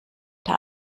der